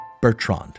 Bertrand